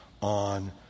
on